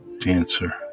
dancer